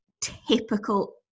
typical